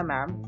Ma'am